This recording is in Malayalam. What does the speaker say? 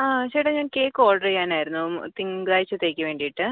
ആ ചേട്ടാ ഞാൻ കേക്ക് ഓർഡർ ചെയ്യാനായിരുന്നു തിങ്കളാഴ്ച്ചത്തേക്ക് വേണ്ടിയിട്ട്